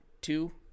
two